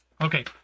Okay